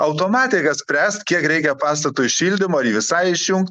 automatika spręs kiek reikia pastatui šildymo ar jį visai išjung